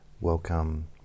welcome